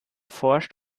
forscht